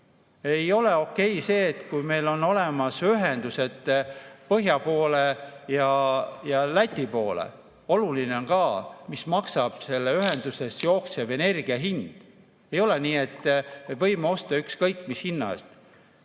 Ei ole okei see, kui meil on olemas ühendused põhja poole ja Läti poole, oluline on ka, mis maksab selles ühenduses jooksev energia, mis on selle hind. Ei ole nii, et võime osta ükskõik mis hinna